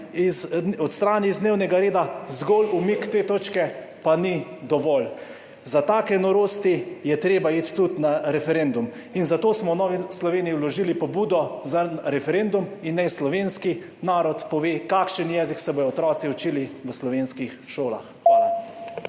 odstrani z dnevnega reda, zgolj umik te točke pa ni dovolj. Za take norosti je treba iti tudi na referendum. Zato smo v Novi Sloveniji vložili pobudo za referendum in naj slovenski narod pove, kakšen jezik se bodo otroci učili v slovenskih šolah. Hvala.